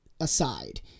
aside